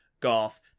Garth